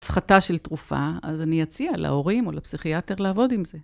הפחתה של תרופה, אז אני אציע להורים או לפסיכיאטר לעבוד עם זה.